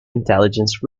intelligence